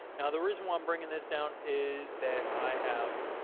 now the reason why i'm bringing this down is that i have